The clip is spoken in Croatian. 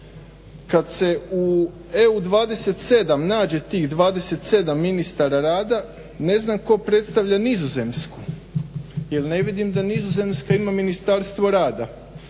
Kad se u EU 27 nađe tih 27 ministara rada ne znam tko predstavlja Nizozemsku, jer ne vidim da Nizozemska ima Ministarstvo rada.